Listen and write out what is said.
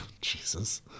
Jesus